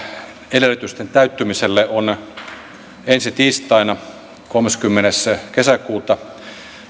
edellytysten täyttymiselle on ensi tiistaina kolmaskymmenes kesäkuuta